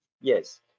Yes